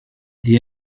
the